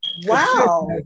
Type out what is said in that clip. Wow